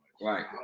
Right